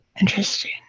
Interesting